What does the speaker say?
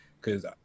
Cause